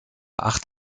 acht